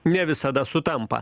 ne visada sutampa